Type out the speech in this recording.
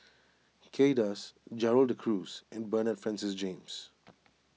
Kay Das Gerald De Cruz and Bernard Francis James